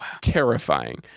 Terrifying